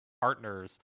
partners